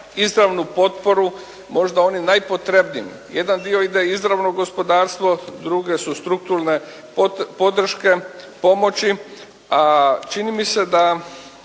izravnu potporu možda onim najpotrebnijim. Jedan dio ide izravno u gospodarstvo, druge su strukturne potroška pomoći, čini mi se da